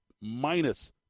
Minus